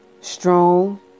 strong